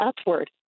upward